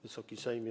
Wysoki Sejmie!